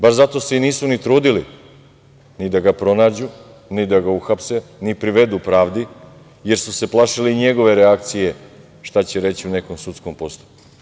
Baš zato se nisu ni trudili ni da ga pronađu, ni da ga uhapse, ni privedu pravdi, jer su se plašili njegove reakcije šta će reći u nekom sudskom postupku.